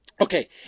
Okay